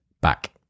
back